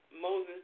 Moses